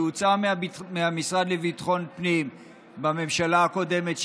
היא הוצאה מהמשרד לביטחון הפנים בממשלה הקודמת,